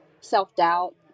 self-doubt